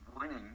winning